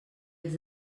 els